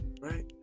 Right